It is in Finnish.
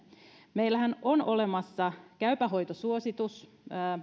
meillähän on olemassa käypä hoito suositus